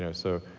yeah so,